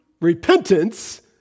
repentance